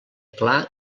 clar